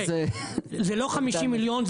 זה לא 50 מיליון,